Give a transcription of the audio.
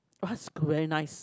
very nice